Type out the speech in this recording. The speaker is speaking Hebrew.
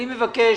אני מבקש